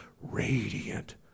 radiant